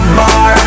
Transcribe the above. bar